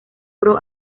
pro